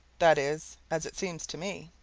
that is as it seems to me.